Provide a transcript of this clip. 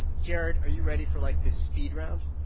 jared, are you ready for, like, this speed round?